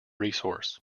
resource